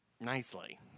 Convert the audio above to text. nicely